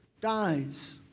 dies